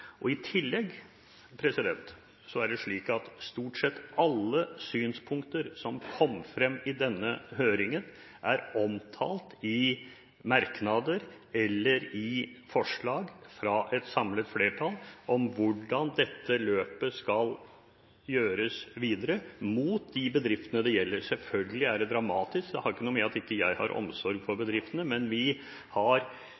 øyeblikket. I tillegg er stort sett alle synspunkter som kom frem i denne høringen, omtalt i merknader eller i forslag fra et samlet flertall om hvordan dette løpet skal gjøres videre mot de bedriftene det gjelder. Selvfølgelig er det dramatisk, det er ikke det at jeg ikke har omsorg for